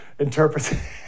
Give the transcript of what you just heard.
interprets